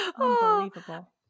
Unbelievable